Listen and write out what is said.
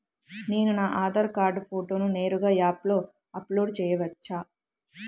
నేను నా ఆధార్ కార్డ్ ఫోటోను నేరుగా యాప్లో అప్లోడ్ చేయవచ్చా?